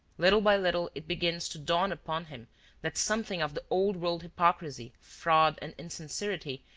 little by little it begins to dawn upon him that something of the old-world hypocrisy, fraud and insincerity,